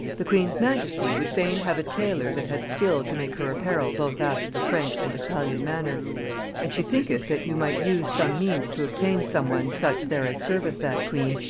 the queen's majesty would fain have a taylor that had skill to make her apparel both after the french and italian manner and she thinketh that you might use some means to obtain some one such there as serveth that queen,